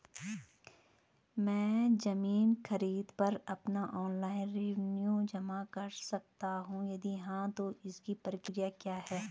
मैं ज़मीन खरीद पर अपना ऑनलाइन रेवन्यू जमा कर सकता हूँ यदि हाँ तो इसकी प्रक्रिया क्या है?